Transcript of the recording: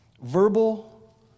verbal